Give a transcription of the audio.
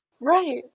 Right